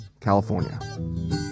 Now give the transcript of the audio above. california